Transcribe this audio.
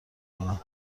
کنم